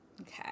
Okay